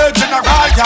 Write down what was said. general